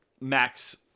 max